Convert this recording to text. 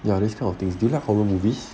ya this kind of things do you like horror movies